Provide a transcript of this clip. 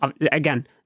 again